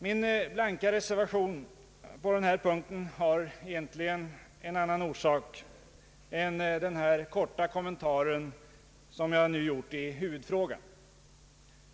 Min blanka reservation på den här punkten har egentligen en annan orsak än den korta kommentar jag nu gjort i huvudfrågan.